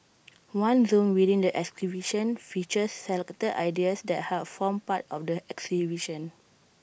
one zone within the exhibition features selected ideas that helped form part of the exhibition